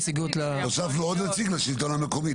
הוספנו עוד נציג לשלטון המקומי.